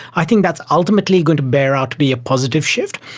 i think that's ultimately going to bear out to be a positive shift,